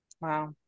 Wow